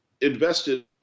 Invested